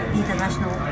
international